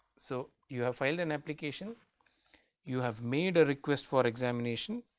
so, you have filed an application you have made a request for examination,